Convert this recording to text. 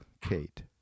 Kate